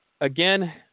again